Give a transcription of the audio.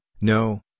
no